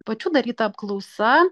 pačių daryta apklausa